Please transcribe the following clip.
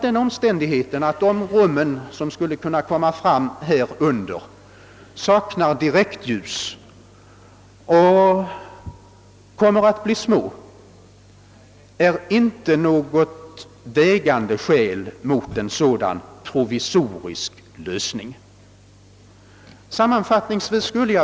Den omständigheten att de rum som skulle kunna åstadkommas under plenisalen saknar direktljus och kommer att bli små är alltså inte något vägande skäl mot en sådan provisorisk lösning.